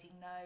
no